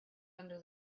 under